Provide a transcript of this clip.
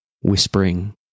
whispering